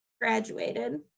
graduated